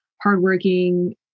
hardworking